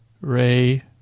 Ray